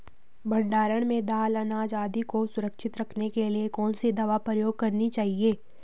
भण्डारण में दाल अनाज आदि को सुरक्षित रखने के लिए कौन सी दवा प्रयोग करनी चाहिए?